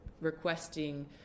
requesting